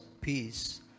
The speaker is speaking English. peace